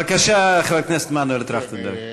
בבקשה, חבר הכנסת מנואל טרכטנברג.